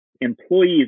employees